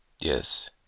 Yes